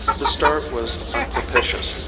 the start was unpropitious,